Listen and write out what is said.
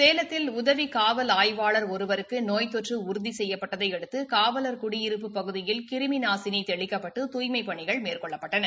சேலத்தில் உதவி காவல் ஆய்வாளர் ஒருவருக்கு நோய் தொற்று உறுதி செய்யப்பட்டதை அடுத்து காவலர் குடியிருப்புப் பகுதியில் கிருமி நாசினி தெளிக்கப்பட்டு தூய்மை பணிகள் மேற்கொள்ளப்பட்டன